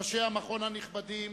ראשי המכון הנכבדים,